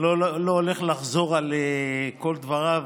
אני לא הולך לחזור על כל דבריו